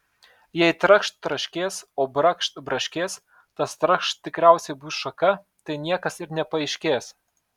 jei trakšt traškės o brakšt braškės tas trakšt tikriausiai bus šaka tai niekas ir nepaaiškės